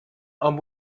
amb